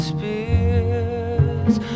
Spears